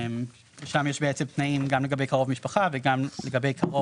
שם יש בעצם תנאים גם לגבי קרוב משפחה וגם קרוב